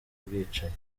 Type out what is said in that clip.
bwicanyi